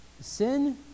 Sin